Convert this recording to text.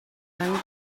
young